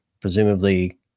presumably